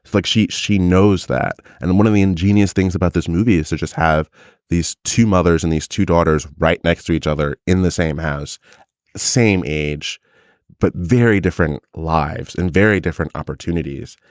like she she knows that. and then one of the ingenious things about this movie is to just have these two mothers and these two daughters right next to each other in the same house same age but very different lives and very different opportunities.